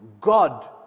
God